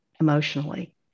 emotionally